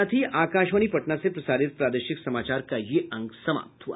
इसके साथ ही आकाशवाणी पटना से प्रसारित प्रादेशिक समाचार का ये अंक समाप्त हुआ